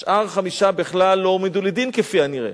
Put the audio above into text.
השאר, חמישה, בכלל לא הועמדו לדין, כפי הנראה,